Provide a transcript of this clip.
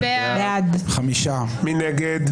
מי נגד?